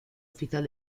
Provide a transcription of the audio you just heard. oficial